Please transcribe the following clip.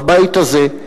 בבית הזה,